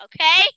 okay